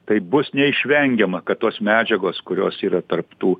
tai bus neišvengiama kad tos medžiagos kurios yra tarp tų